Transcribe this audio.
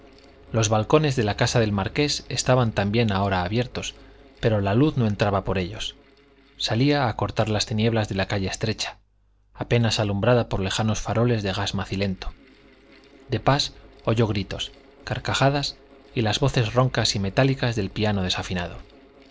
los balcones de casa del marqués estaban también ahora abiertos pero la luz no entraba por ellos salía a cortar las tinieblas de la calle estrecha apenas alumbrada por lejanos faroles de gas macilento de pas oyó gritos carcajadas y las voces roncas y metálicas del piano desafinado